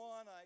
One